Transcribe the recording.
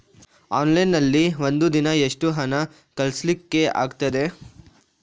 Online ನಲ್ಲಿ ಒಂದು ದಿನ ಎಷ್ಟು ಹಣ ಕಳಿಸ್ಲಿಕ್ಕೆ ಆಗ್ತದೆ?